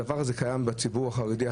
הדבר הזה קיים בחברה החרדית,